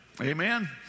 Amen